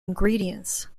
ingredients